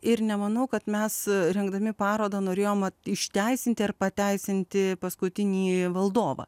ir nemanau kad mes rengdami parodą norėjom išteisinti ar pateisinti paskutinįjį valdovą